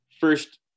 first